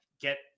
get